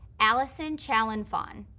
alison chaleunphonh,